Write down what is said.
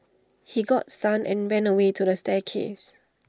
he got stunned and ran away to the staircase